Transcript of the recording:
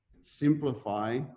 simplify